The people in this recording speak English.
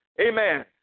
Amen